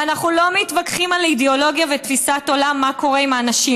ואנחנו לא מתווכחים על אידיאולוגיה ותפיסת עולם מה קורה עם האנשים.